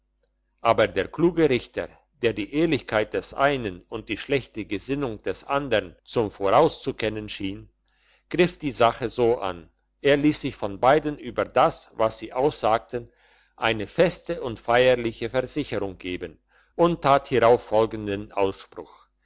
aber der kluge richter der die ehrlichkeit des einen und die schlechte gesinnung des andern zum voraus zu kennen schien griff die sache so an er liess sich von beiden über das was sie aussagten eine feste und feierliche versicherung geben und tat hierauf folgenden ausspruch